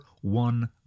one